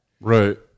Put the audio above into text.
Right